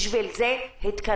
בשביל זה התכנסנו,